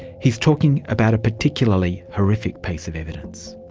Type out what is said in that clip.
he's talking about a particularly horrific piece of evidence.